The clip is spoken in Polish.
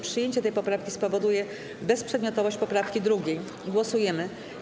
Przyjęcie tej poprawki spowoduje bezprzedmiotowość poprawki 2. Głosujemy.